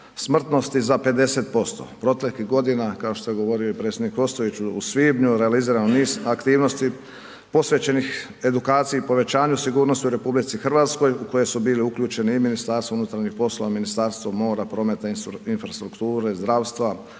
smrtnosti za 50%. Proteklih godina, kao što je govorio i predsjednik Ostojić u svibnju, realiziran je niz aktivnosti posvećenih edukaciji, povećanju sigurnosti u RH u koje su bili uključeni i MUP, Ministarstvo mora, prometa i infrastrukture, zdravstva,